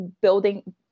building